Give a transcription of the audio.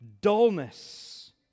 Dullness